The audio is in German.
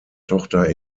tochter